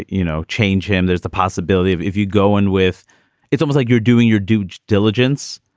you know, change him, there's the possibility of if you go in with it, it was like you're doing your due diligence,